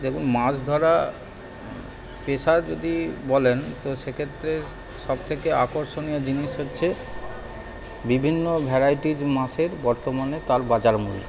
যাদের মাছ ধরা পেশা যদি বলেন তো সেক্ষেত্রে সব থেকে আকর্ষণীয় জিনিস হচ্ছে বিভিন্ন ভ্যারাইটিস মাছের বর্তমানে তার বাজার মূল্য